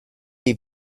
die